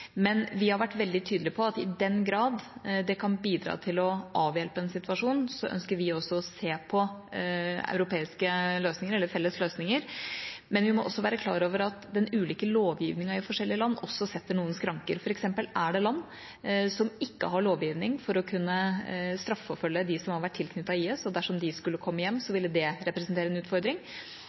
men vi må være klar over at den ulike lovgivningen i forskjellige land også setter noen skranker. For eksempel er det land som ikke har lovgivning for å kunne straffeforfølge dem som har vært tilknyttet IS – og dersom de skulle komme hjem, ville det representere en utfordring